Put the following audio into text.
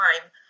time